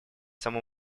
само